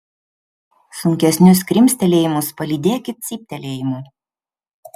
sunkesnius krimstelėjimus palydėkit cyptelėjimu